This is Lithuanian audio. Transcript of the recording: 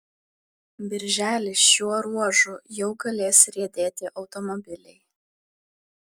birželį šiuo ruožu jau galės riedėti automobiliai